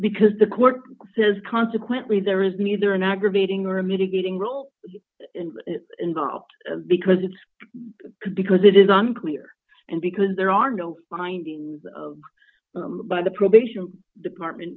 because the court says consequently there is neither an aggravating or mitigating role involved because it's because it is unclear and because there are no findings of by the probation department